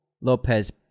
Lopez